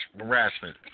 harassment